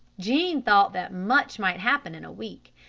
jean thought that much might happen in a week.